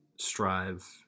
strive